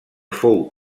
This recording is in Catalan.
fou